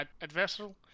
adversarial